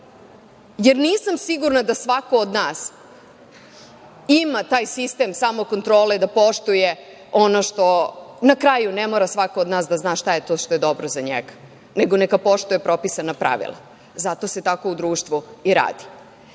jer nisam sigurna da svako od nas ima taj sistem samokontrole da poštuje ono što… Na kraju, ne mora svako od nas da zna šta je to što je dobro za njega, nego neka poštuje propisana pravila. Zato se tako u društvu i radi. Mnogo